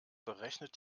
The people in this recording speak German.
berechnet